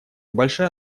большая